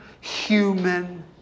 human